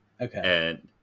Okay